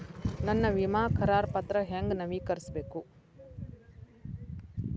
ನನ್ನ ವಿಮಾ ಕರಾರ ಪತ್ರಾ ಹೆಂಗ್ ನವೇಕರಿಸಬೇಕು?